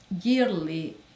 yearly